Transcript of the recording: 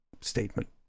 statement